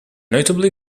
notable